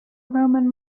roman